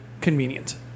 convenient